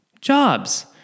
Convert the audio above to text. jobs